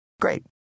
Great